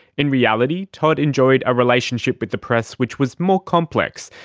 in reality todd enjoyed a relationship with the press which was more complex,